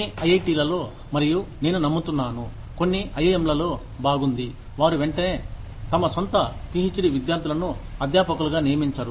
కొన్నిఐఐటిలలో మరియు నేను నమ్ముతున్నాను కొన్ని ఐఐఎంలలో బాగుంది వారు వెంటనే తమ సొంత పీహెచ్డీ విద్యార్థులను అధ్యాపకులుగా నియమించరు